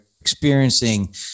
experiencing